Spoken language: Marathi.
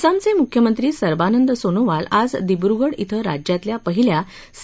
आसामचे मुख्यमंत्री सर्वानंद सोनोवाल आज दिब्रुगढ क्वें राज्यातल्या पहिल्या सी